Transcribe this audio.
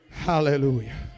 Hallelujah